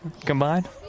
combined